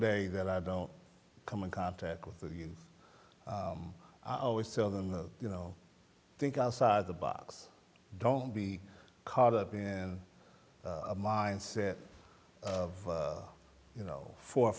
day that i don't come in contact with you i always tell them you know think outside the box don't be caught up in a mindset of you know four or